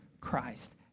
Christ